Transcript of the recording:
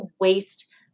waste